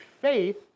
faith